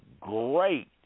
great